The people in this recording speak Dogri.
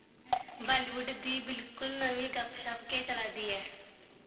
बालीवुड दी बिलकुल नमीं गप्प शप केह् चला दी ऐ